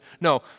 no